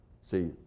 See